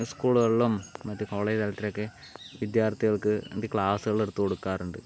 സ്കൂളുകളിലും മറ്റേ കോളേജ് തലത്തിലൊക്കെ വിദ്യാർത്ഥികൾക്ക് വേണ്ടി ക്ലാസ്സുകളെടുത്ത് കൊടുക്കാറുണ്ട്